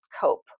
cope